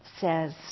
says